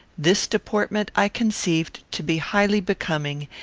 this deportment i conceived to be highly becoming,